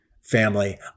family